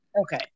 Okay